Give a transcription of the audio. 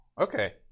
Okay